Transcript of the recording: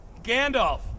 Gandalf